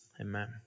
amen